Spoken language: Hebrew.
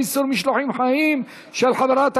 איסור משלוחים חיים לשחיטה),